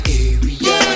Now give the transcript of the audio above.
area